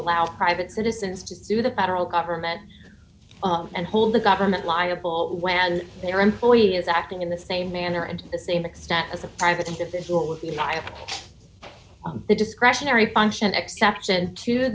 allow private citizens to sue the federal government and hold the government liable when their employee is acting in the same manner and the same extent as a private individual with the by the discretionary function exception to